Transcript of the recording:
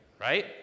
right